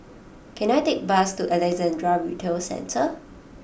can I take a bus to Alexandra Retail Centre